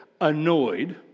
annoyed